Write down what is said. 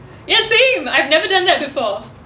ya same I've never done that before